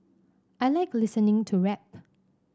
I like listening to rap